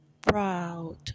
proud